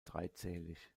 dreizählig